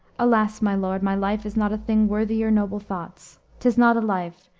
alas, my lord, my life is not a thing worthy your noble thoughts. tis not a life,